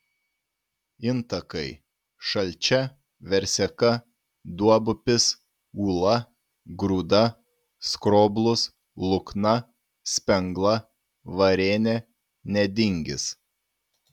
intakai šalčia verseka duobupis ūla grūda skroblus lukna spengla varėnė nedingis